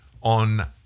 on